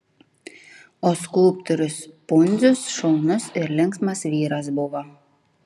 o skulptorius pundzius šaunus ir linksmas vyras buvo